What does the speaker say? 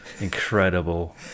incredible